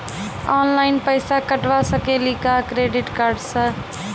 Online पैसा कटवा सकेली का क्रेडिट कार्ड सा?